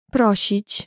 Prosić